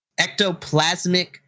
ectoplasmic